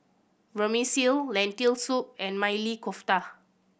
Vermicelli Lentil Soup and Maili Kofta